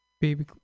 Baby